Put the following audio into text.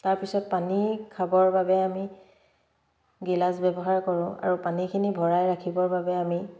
তাৰপিছত পানী খাবৰ বাবে আমি গিলাচ ব্যৱহাৰ কৰোঁ আৰু পানীখিনি ভৰাই ৰাখিবৰ বাবে আমি